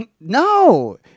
No